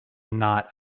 not